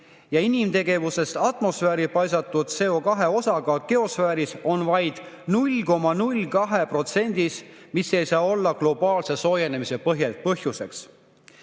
ja inimtegevusest atmosfääri paisatud CO2osakaal geosfääris on vaid 0,02%, seega see ei saa olla globaalse soojenemise põhjuseks.